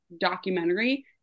documentary